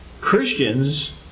Christians